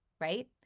right